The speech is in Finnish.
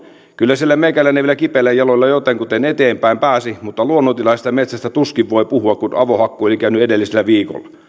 kyllä siellä meikäläinen vielä kipeillä jaloilla jotenkuten eteenpäin pääsi mutta luonnontilaisesta metsästä tuskin voi puhua kun avohakkuu oli käynyt edellisellä viikolla